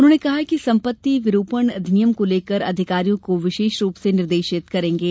उन्होंने कहा कि सम्पत्ति विरूपण अधिनियम को लेकर अधिकारियों को विशेष रूप से निर्देशित करेंगे